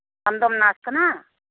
ᱟᱢ ᱫᱚᱢ ᱱᱟᱨᱥ ᱠᱟᱱᱟ